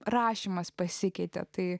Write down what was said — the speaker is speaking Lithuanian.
rašymas pasikeitė tai